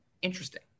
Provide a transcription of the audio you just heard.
interesting